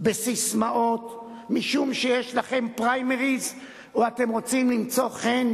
בססמאות משום שיש לכם פריימריס או שאתם רוצים למצוא חן